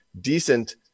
decent